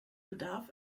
bedarf